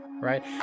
right